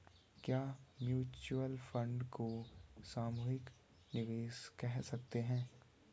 क्या mutual fund को सामूहिक निवेश कह सकते हैं?